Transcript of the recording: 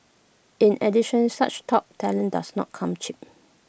in addition such top talent does not come cheap